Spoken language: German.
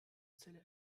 zelle